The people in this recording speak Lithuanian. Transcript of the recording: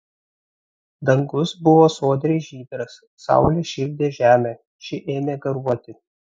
dangus buvo sodriai žydras saulė šildė žemę ši ėmė garuoti